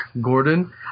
Gordon